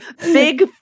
Big